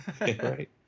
Right